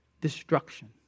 destruction